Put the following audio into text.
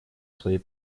своей